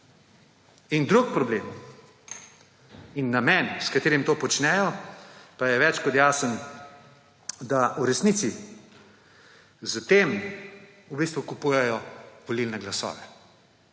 Drug problem in namen, s katerim to počnejo, pa je več kot jasen, da v resnici s tem v bistvu kupujejo volilne glasove.